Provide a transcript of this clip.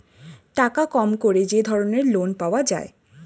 টাকা কম করে যে ধরনের লোন পাওয়া যায়